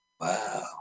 Wow